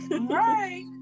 right